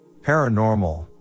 Paranormal